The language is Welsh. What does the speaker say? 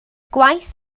gwaith